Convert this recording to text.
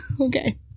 Okay